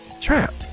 Trap